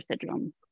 syndrome